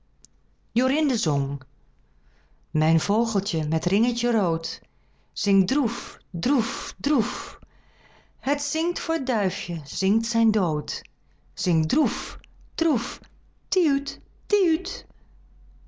doodsbang jorinde zong mijn vogeltje met ringetje rood zingt droef droef droef het zingt voor t duifje zingt zijn dood zingt droef